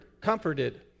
comforted